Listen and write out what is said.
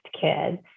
kids